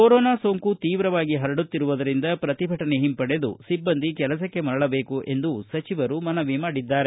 corona ಸೋಂಕು ತೀವ್ರವಾಗಿ ಹರಡುತ್ತಿರುವುದರಿಂದ ಪ್ರತಿಭಟನೆ ಹಿಂಪಡೆದು ಸಿಬ್ಬಂದಿ ಕೆಲಸಕ್ಕೆ ಮರಳಬೇಕು ಎಂದು ಸಚಿವರು ಮನವಿ ಮಾಡಿದ್ದಾರೆ